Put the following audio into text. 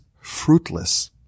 fruitless